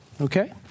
Okay